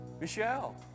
Michelle